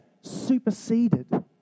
superseded